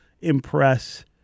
impress